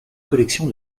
collection